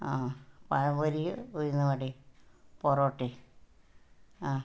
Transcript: ആ പഴംപൊരിയും ഉഴുന്ന് വടയും പൊറോട്ടയും ആ